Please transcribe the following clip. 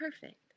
perfect